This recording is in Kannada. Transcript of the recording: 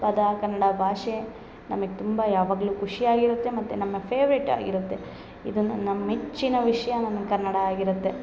ಪದ ಕನ್ನಡ ಭಾಷೆ ನಮಗೆ ತುಂಬ ಯಾವಾಗಲು ಖುಷಿ ಆಗಿರುತ್ತೆ ಮತ್ತು ನಮ್ಮ ಫೇವ್ರೇಟ್ ಆಗಿರುತ್ತೆ ಇದನ್ನ ನಮ್ಮ ಮೆಚ್ಚಿನ ವಿಷಯ ನನಗೆ ಕನ್ನಡ ಆಗಿರುತ್ತೆ